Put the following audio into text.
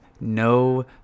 no